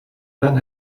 and